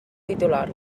titular